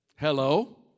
Hello